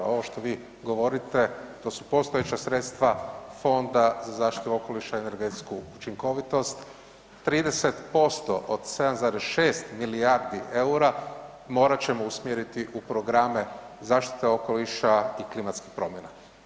Ovo što vi govorite, to su postojeća sredstva Fonda za zaštitu okoliša i energetsku učinkovitost, 30% od 7,6 milijardi eura morat ćemo usmjeriti u programe zaštite okoliša i klimatskih promjena.